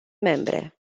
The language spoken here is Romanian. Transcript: membre